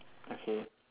okay